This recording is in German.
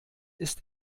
ist